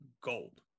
gold